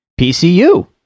PCU